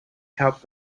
help